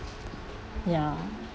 ya